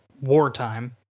wartime